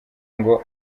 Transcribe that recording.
ngo